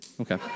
Okay